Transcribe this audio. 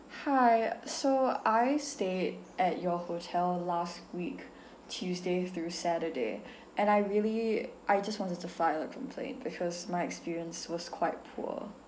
hi so I stayed at your hotel last week tuesday through saturday and I really I just wanted to file a complaint because my experience was quite poor